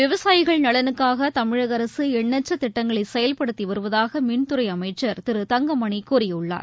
விவசாயிகள் நலனுக்காகதமிழகஅரசுஎண்ணற்றதிட்டங்களைசெயல்படுத்திவருவதாகமின்துறைஅமைச்சர் திரு தங்கமணிகூறியுள்ளார்